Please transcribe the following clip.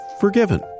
forgiven